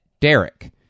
Derek